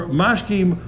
mashkim